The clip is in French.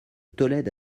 tolède